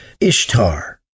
Ishtar